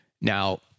Now